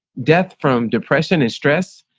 death from depression and stress.